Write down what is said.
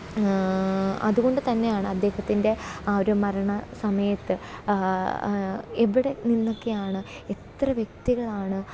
അതുകൊണ്ടു തന്നെയാണ് അദ്ദേഹത്തിന്റെ ആ ഒരു മരണ സമയത്ത് എവിടെ നിന്നൊക്കെയാണ് എത്ര വ്യക്തികളാണ്